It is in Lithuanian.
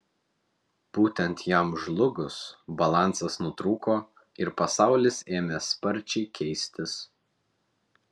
būtent jam žlugus balansas nutrūko ir pasaulis ėmė sparčiai keistis